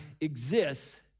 exists